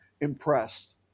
impressed